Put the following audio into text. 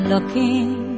Looking